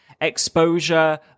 exposure